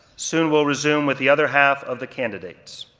soon we'll resume with the other half of the candidates.